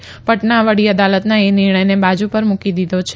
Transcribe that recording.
અને પટના વડી અદાલતના એ નિર્ણયને બાજુ પર મૂકી દીધો છે